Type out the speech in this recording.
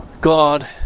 God